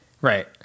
Right